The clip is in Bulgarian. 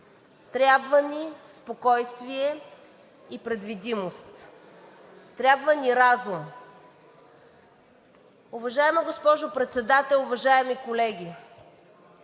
Трябва ни спокойствие и предвидимост. Трябва ни разум. Уважаема госпожо Председател, уважаеми колеги!